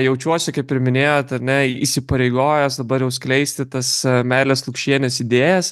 jaučiuosi kaip ir minėjot ar ne įsipareigojęs dabar jau skleisti tas meilės lukšienės idėjas